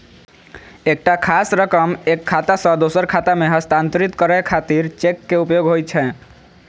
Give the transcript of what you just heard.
एकटा खास रकम एक खाता सं दोसर खाता मे हस्तांतरित करै खातिर चेक के उपयोग होइ छै